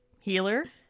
healer